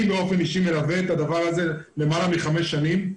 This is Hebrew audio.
אני באופן אישי מלווה את הדבר הזה למעלה מחמש שנים,